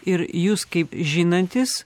ir jūs kaip žinantis